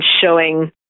showing